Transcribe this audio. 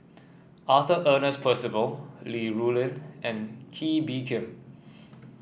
Arthur Ernest Percival Li Rulin and Kee Bee Khim